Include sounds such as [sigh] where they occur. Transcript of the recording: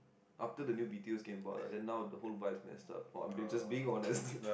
after the new b_t_os came about lah then now the whole vibe is messed up oh I'm being just being honest [laughs]